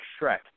Shrek